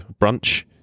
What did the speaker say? brunch